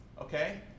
Okay